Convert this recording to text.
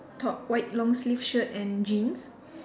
top white long sleeve shirt and jeans